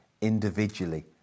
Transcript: individually